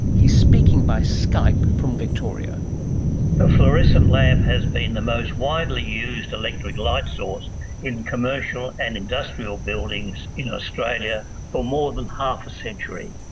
he's speaking by skype from victoria. the fluorescent lamp has been the most widely used electric light source in commercial and industrial buildings in australia for more than half a century.